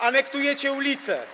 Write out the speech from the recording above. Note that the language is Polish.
Anektujecie ulice.